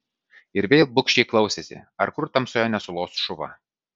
ir vėl bugščiai klausėsi ar kur tamsoje nesulos šuva